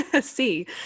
See